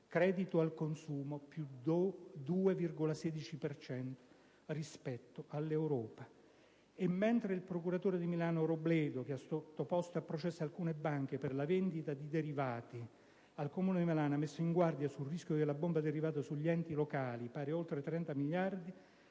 cento in più rispetto all'Europa. E mentre il procuratore di Milano Robledo ha sottoposto a processo alcune banche per la vendita di derivati al Comune di Milano e ha messo in guardia sul rischio della bomba derivati sugli enti locali (pari ad oltre 30 miliardi),